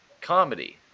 comedy